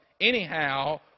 anyhow